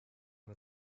one